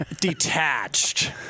Detached